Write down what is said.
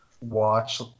watch